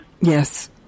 Yes